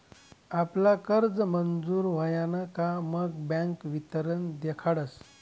आपला कर्ज मंजूर व्हयन का मग बँक वितरण देखाडस